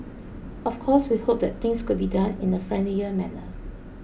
of course we hope that things could be done in a friendlier manner